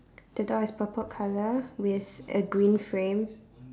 the door is purple colour with a green frame